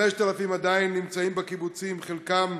5,000 עדיין נמצאים בקיבוצים, חלקם